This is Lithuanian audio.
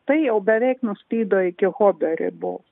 tai jau beveik nuslydo iki hobio ribos